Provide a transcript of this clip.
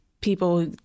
People